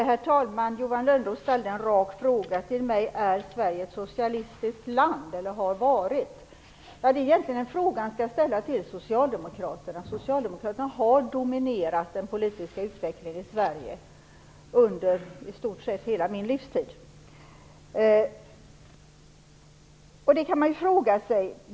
Herr talman! Johan Lönnroth ställde en rak fråga till mig: Är Sverige ett socialistiskt land eller har det varit det? Det är egentligen en fråga som han skall ställa till socialdemokraterna. Socialdemokraterna har dominerat den politiska utvecklingen i Sverige under i stort sett hela min livstid. Det är ju en fråga man kan ställa sig.